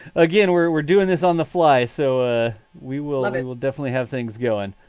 again, we're we're doing this on the fly so ah we will have and we'll definitely have things go and